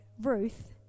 Ruth